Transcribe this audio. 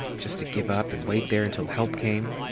just to give up and wait there until help came,